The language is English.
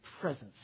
presence